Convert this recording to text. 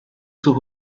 sus